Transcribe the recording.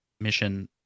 mission